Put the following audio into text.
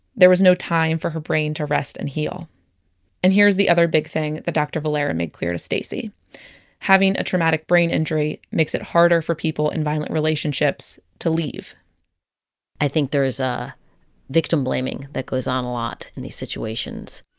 there was no time for her brain to rest and heal and here's the other big thing that dr. valera made clear to stacie having a traumatic brain injury makes it harder for people in violent relationships to leave i think there is a victim blaming that goes on a lot in these situations.